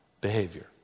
behavior